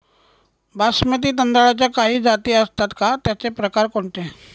बासमती तांदळाच्या काही जाती असतात का, त्याचे प्रकार कोणते?